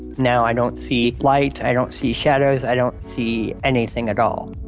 now i don't see light, i don't see shadows, i don't see anything at all.